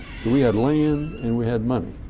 so we had land and we had money.